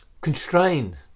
constrained